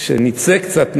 כשנצא קצת מהגירעון,